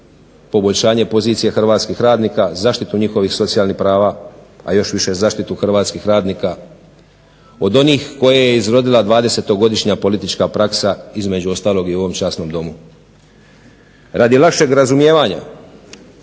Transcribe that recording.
poboljšanje pozicije hrvatskih radnika, zaštitu njihovih socijalnih prava, a još više zaštitu hrvatskih radnika od onih koje je izrodila 20-godišnja politička praksa, između ostalog i u ovom časnom domu. Radi lakšeg razumijevanja